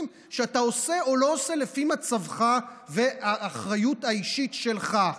שאתה עושה או לא עושה לפי מצבך או האחריות האישית שלך,